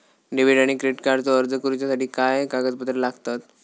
Debit आणि credit कार्डचो अर्ज करुच्यासाठी काय कागदपत्र लागतत?